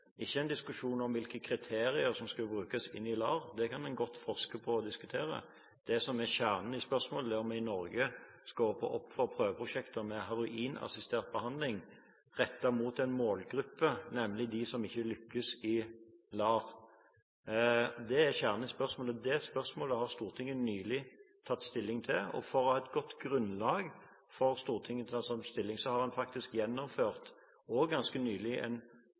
ikke en diskusjon om hvilke kriterier som skal brukes i LAR. Det kan en godt forske på og diskutere. Kjernen i spørsmålet er om vi i Norge skal åpne opp for prøveprosjekter med heroinassistert behandling rettet mot en målgruppe, nemlig den som ikke lykkes med LAR. Det er kjernen i spørsmålet. Det spørsmålet har Stortinget nylig tatt stilling til, og for at Stortinget skal ha et godt grunnlag å ta stilling til det, har en ganske nylig faktisk gjennomført